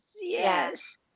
Yes